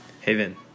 Haven